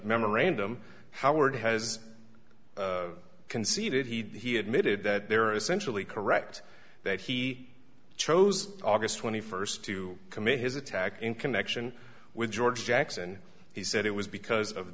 memorandum howard has conceded he admitted that there are essentially correct that he chose august twenty first to commit his attack in connection with george jackson he said it was because of